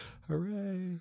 Hooray